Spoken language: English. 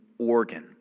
organ